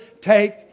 take